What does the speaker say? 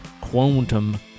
quantum